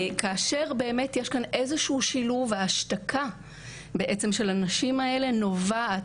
כאשר יש פה איזה שהוא שילוב והשתקה של הנשים האלה נובעת